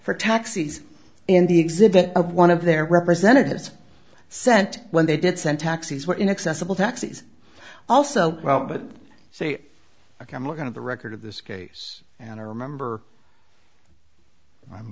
for taxis in the exhibit of one of their representatives sent when they did send taxis were inaccessible taxis also well but say ok i'm going to the record of this case and i remember i'm